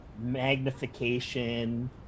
magnification